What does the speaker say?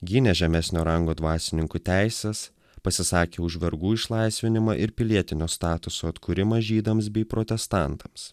gynė žemesnio rango dvasininkų teises pasisakė už vergų išlaisvinimą ir pilietinio statuso atkūrimą žydams bei protestantams